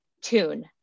tune